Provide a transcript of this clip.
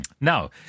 Now